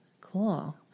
Cool